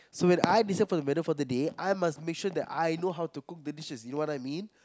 so when I decide for the menu for the day I must make sure that I know how to cook the dishes you know what I mean